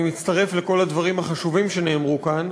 אני מצטרף לכל הדברים החשובים שנאמרו כאן.